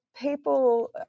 people